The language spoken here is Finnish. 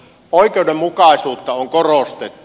oikeudenmukaisuutta on korostettu